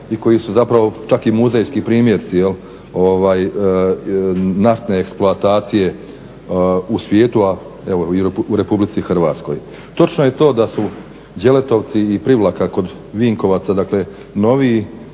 i koji su zapravo čak i muzejski primjerci naftne eksploatacije u svijetu a evo i u RH. Točno je to da su Đeletovci i Privlaka kod Vinkovaca noviji